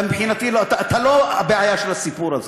מבחינתי אתה לא הבעיה של הסיפור הזה.